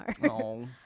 no